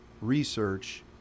research